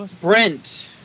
Brent